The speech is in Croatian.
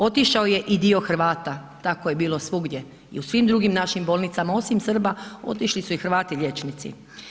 Otišao je i dio Hrvata, tako je bilo svugdje i u svim drugim našim bolnicama osim Srba otišli su i Hrvati liječnici.